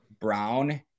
Brown